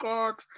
God